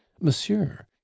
Monsieur